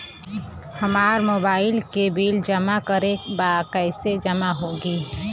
हमार मोबाइल के बिल जमा करे बा कैसे जमा होई?